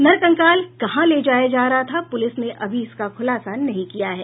नरकंकाल कहां ले जाया जा रहा था पुलिस ने अभी इसकी खुलासा नहीं किया है